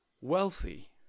wealthy